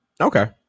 Okay